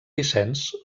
vicenç